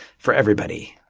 for everybody.